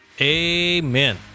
Amen